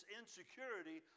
insecurity